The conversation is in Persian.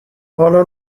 حالا